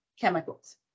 chemicals